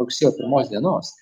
rugsėjo pirmos dienos